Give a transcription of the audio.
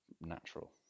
natural